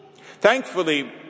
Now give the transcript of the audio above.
Thankfully